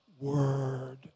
word